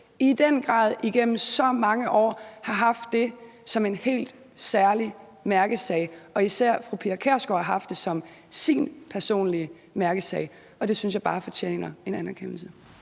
i den grad igennem så mange år har haft det som en helt særlig mærkesag, og især fru Pia Kjærsgaard har haft det som sin personlige mærkesag, og det synes jeg bare fortjener en anerkendelse.